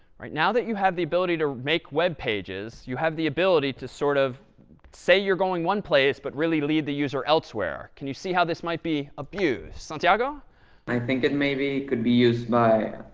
right, now that you have the ability to make web pages, you have the ability to sort of say you're going one place but really lead the user elsewhere. can you see how this might be abused? santiago? audience i think it maybe could be used by